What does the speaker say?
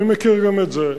אני מכיר את זה.